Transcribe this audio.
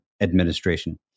administration